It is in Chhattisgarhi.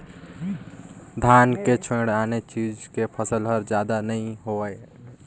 धान के छोयड़ आने चीज के फसल हर जादा नइ होवय